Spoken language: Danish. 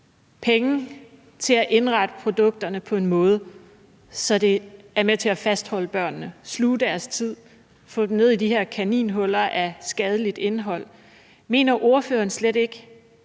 penge, til at indrette produkterne på en måde, så det er med til at fastholde børnene, sluge deres tid, få dem ned i de her kaninhuller af skadeligt indhold. Mener ordføreren slet ikke,